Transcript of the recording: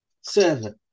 seven